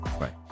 Right